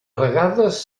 vegades